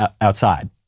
outside